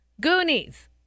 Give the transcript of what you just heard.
Goonies